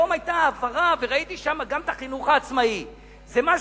היום היתה העברה וראיתי שם גם את החינוך העצמאי; זה משהו,